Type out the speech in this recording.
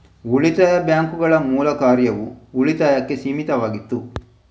ಉಳಿತಾಯ ಬ್ಯಾಂಕುಗಳ ಮೂಲ ಕಾರ್ಯವು ಉಳಿತಾಯಕ್ಕೆ ಸೀಮಿತವಾಗಿತ್ತು